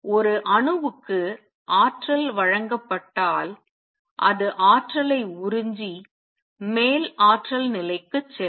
ஒரு அணுவுக்கு ஆற்றல் வழங்கப்பட்டால் அது ஆற்றலை உறிஞ்சி மேல் ஆற்றல் நிலைக்கு செல்லும்